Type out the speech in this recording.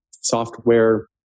software